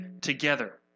together